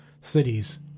Cities